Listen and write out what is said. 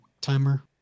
timer